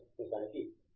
నిజానికి యం